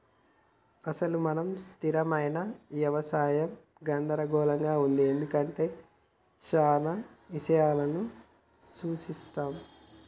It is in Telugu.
అసలు మన స్థిరమైన యవసాయం గందరగోళంగా ఉంది ఎందుకంటే ఇది చానా ఇషయాలను సూఛిస్తుంది